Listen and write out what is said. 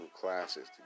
classes